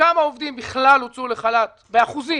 כמה עובדים בכלל הוצאו לחל"ת באחוזים,